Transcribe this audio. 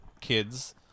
kids